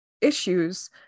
issues